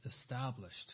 established